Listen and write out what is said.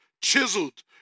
chiseled